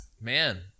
Man